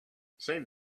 save